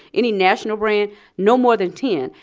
any national brand no more than ten.